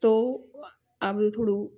તો આ બધું થોડું